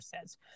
says